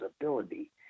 ability